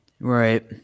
Right